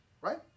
right